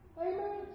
Amen